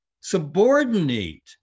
subordinate